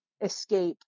escape